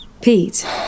Pete